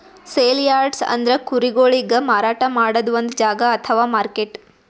sale yards ಅಂದ್ರ ಕುರಿಗೊಳಿಗ್ ಮಾರಾಟ್ ಮಾಡದ್ದ್ ಒಂದ್ ಜಾಗಾ ಅಥವಾ ಮಾರ್ಕೆಟ್